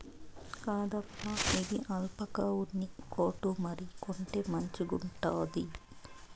కాదప్పా, ఇది ఆల్పాకా ఉన్ని కోటు మరి, కొంటే మంచిగుండాది